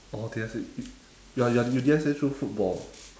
oh D_S_A you you are you D_S_A through football